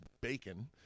Bacon